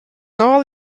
all